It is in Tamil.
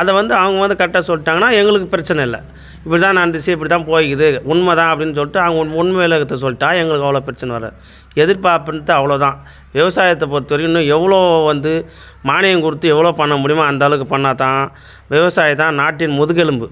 அதை வந்து அவங்க வந்து கரெட்டாக சொல்லிட்டாங்கன்னா எங்களுக்கு பிரச்சனை இல்லை இப்படிதான் நடந்துச்சு இப்படிதான் போயிருக்குது உண்மை தான் அப்படின்னு சொல்லிட்டு அவங்க உண்மையிலே இருக்கிறத சொல்லிட்டா எங்களுக்கு அவ்வளோ பிரச்சனை வராது எதிர்பார்ப்புன்றது அவ்வளோதான் விவசாயத்தை பொறுத்த வரைக்கும் இன்னும் எவ்வளோ வந்து மானியம் கொடுத்து எவ்வளோ பண்ண முடியுமோ அந்த அளவுக்கு பண்ணிணா தான் விவசாயி தான் நாட்டின் முதுகெலும்பு